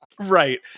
right